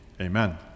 amen